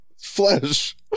flesh